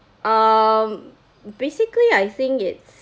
um basically I think it's